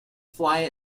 fly